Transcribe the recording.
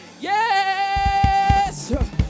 Yes